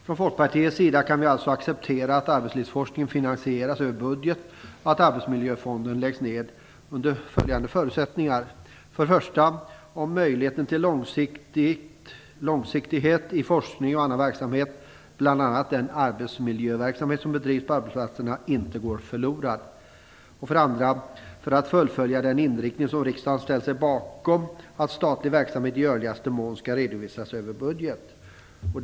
Från Folkpartiets sida kan vi acceptera att arbetslivsforskningen finansieras över budget och att Arbetsmiljöfonden läggs ned under följande förutsättningar: 1. Att möjligheten till långsiktighet i forskning och annan verksamhet, bl.a. den arbetsmiljöverksamhet som bedrivs på arbetsplatserna, inte går förlorad. 2. Att den inriktning som riksdagen ställt sig bakom att statlig verksamhet i görligaste mån skall redovisas över budgeten fullföljs.